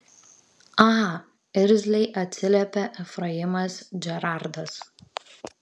a irzliai atsiliepė efraimas džerardas